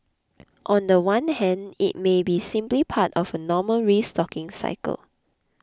on the one hand it may be simply part of a normal restocking cycle